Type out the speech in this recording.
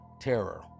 Terror